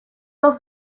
els